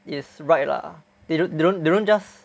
is right lah they don't they don't just